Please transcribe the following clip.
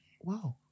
wow